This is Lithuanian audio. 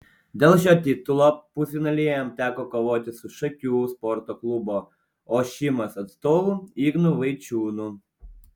dėl šio titulo pusfinalyje jam teko kovoti su šakių sporto klubo ošimas atstovu ignu vaičiūnu